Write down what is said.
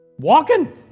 walking